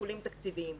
שיקולים תקציביים.